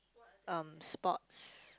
um sports